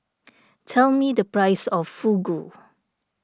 tell me the price of Fugu